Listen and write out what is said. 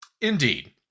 Indeed